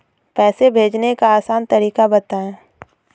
पैसे भेजने का आसान तरीका बताए?